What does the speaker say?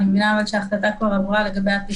אבל אני מבינה שההחלטה לגבי הפיצול כבר עברה.